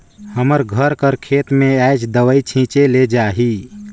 हमर घर कर खेत में आएज दवई छींचे ले जाही